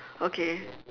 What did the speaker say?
okay